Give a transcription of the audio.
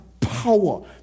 power